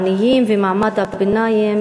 העניים ומעמד הביניים